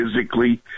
physically